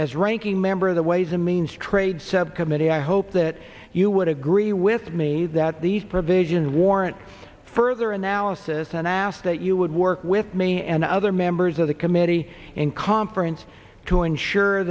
as ranking member of the ways and means trade subcommittee i hope that you would agree with me that these provisions warrant further analysis and i ask that you would work with me and other members of the committee in conference to ensure